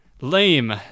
lame